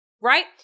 right